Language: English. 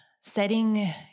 setting